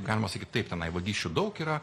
galima sakyt taip tenai vagysčių daug yra